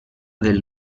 del